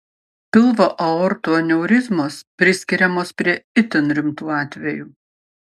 pilvo aortų aneurizmos priskiriamos prie itin rimtų atvejų